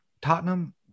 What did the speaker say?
Tottenham